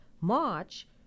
March